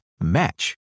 match